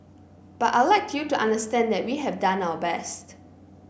but I'd like you to understand that we have done our best